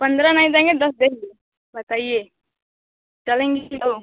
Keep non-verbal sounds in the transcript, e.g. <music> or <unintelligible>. पन्द्रह नहीं देंगे दस देंगे बताइए चलेंगी कि <unintelligible>